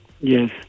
yes